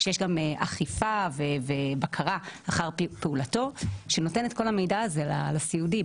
שיש גם אכיפה ובקרה אחר פעולתו שנותן את כל המידע הזה למטופל הסיעודי.